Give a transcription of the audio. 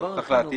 בין